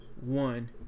one